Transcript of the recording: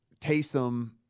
Taysom